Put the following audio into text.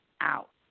out